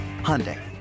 Hyundai